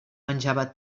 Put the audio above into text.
menjava